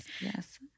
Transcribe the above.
Yes